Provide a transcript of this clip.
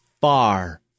far